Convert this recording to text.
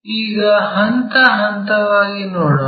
ಈಗ ಹಂತ ಹಂತವಾಗಿ ನೋಡೋಣ